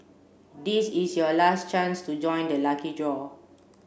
this is your last chance to join the lucky draw